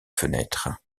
fenêtre